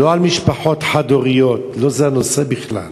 לא על משפחות חד-הוריות, לא זה הנושא בכלל.